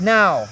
now